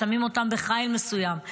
שמים אותם בחיל מסוים,